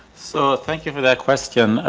so, thank you for that question.